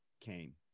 came